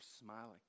smiling